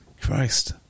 Christ